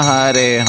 Hare